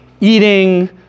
eating